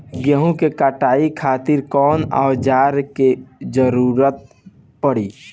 गेहूं के कटाई खातिर कौन औजार के जरूरत परी?